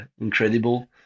incredible